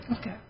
Okay